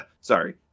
Sorry